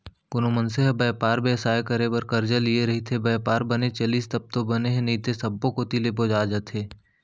कोनो मनसे ह बयपार बेवसाय करे बर करजा लिये रइथे, बयपार बने चलिस तब तो बने हे नइते सब्बो कोती ले बोजा जथे